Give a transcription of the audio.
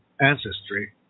ancestry